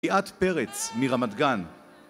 ליאת פרץ מרמת גן